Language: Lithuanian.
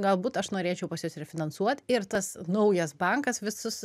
galbūt aš norėčiau pas jus ir refinansuot ir tas naujas bankas visus